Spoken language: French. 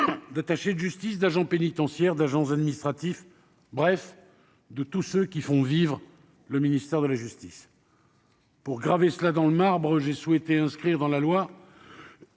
d'attachés de justice, d'agents pénitentiaires et d'agents administratifs ; bref, de tous ceux qui font vivre le ministère de la justice. Pour graver cela dans le marbre, j'ai souhaité inscrire dans le